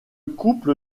couple